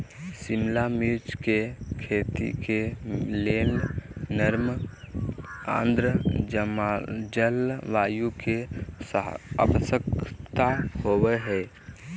शिमला मिर्च के खेती के लेल नर्म आद्र जलवायु के आवश्यकता होव हई